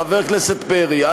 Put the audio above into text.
חבר הכנסת פרי,